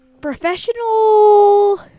professional